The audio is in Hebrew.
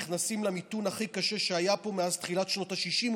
נכנסים למיתון הכי קשה שהיה פה מאז תחילת שנות השישים,